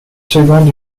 seconde